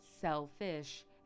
selfish